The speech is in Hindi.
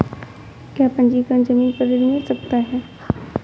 क्या पंजीकरण ज़मीन पर ऋण मिल सकता है?